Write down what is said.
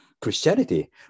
Christianity